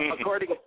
according